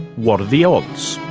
what are the odds?